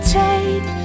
take